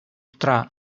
tra